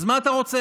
אז מה אתה רוצה?